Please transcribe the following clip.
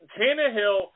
Tannehill